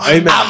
Amen